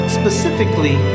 specifically